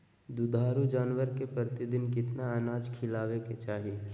दुधारू जानवर के प्रतिदिन कितना अनाज खिलावे के चाही?